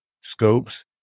scopes